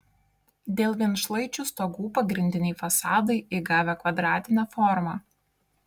dėl vienšlaičių stogų pagrindiniai fasadai įgavę kvadratinę formą